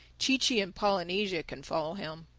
chee-chee and polynesia can follow him.